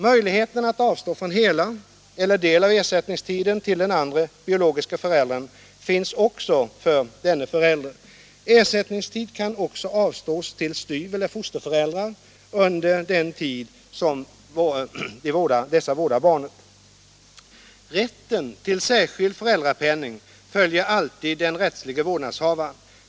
Möjligheten att avstå från hela eller del av ersättningstiden till den andra biologiska föräldern finns också för denna förälder. Ersättningstid kan också avstås till styveller fosterförälder under den tid dessa vårdar barnet. Rätten till särskild föräldrapenning följer alltid den rättsliga vårdnadshavaren.